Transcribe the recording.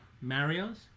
mario's